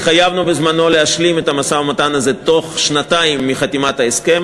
התחייבנו בזמנו להשלים את המשא-ומתן הזה בתוך שנתיים מחתימת ההסכם.